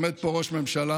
עומד פה ראש ממשלה,